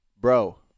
Bro